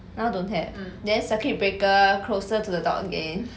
now don't have then circuit breaker closer to the dog again